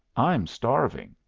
i'm starving!